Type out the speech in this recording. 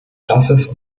ist